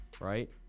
Right